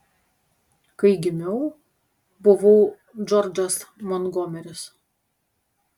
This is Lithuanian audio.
kai gimiau buvau džordžas montgomeris